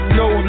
no